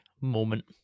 moment